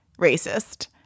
racist